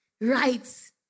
right